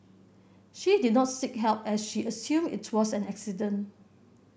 she did not seek help as she assumed it was an accident